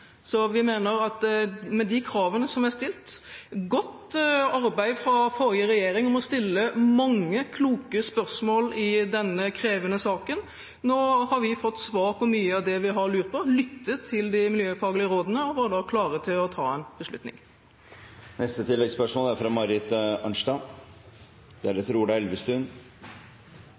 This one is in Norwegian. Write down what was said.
Med de kravene som er stilt, og etter godt arbeid fra forrige regjering ved å stille mange kloke spørsmål i denne krevende saken, har iallfall vi fått svar på mye av det vi har lurt på. Vi lyttet til de miljøfaglige rådene og var da klare til å ta en beslutning. Marit Arnstad – til oppfølgingsspørsmål. Tillatelser etter forurensningsloven er